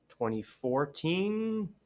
2014